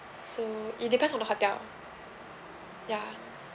so it depends on the hotel ya